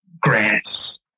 grants